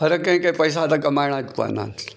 हर कंहिंखे पैसा त कमाइणा पवंदा आहिनि